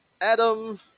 Adam